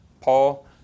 Paul